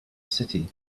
city